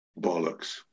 Bollocks